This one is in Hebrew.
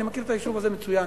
אני מכיר את היישוב הזה מצוין.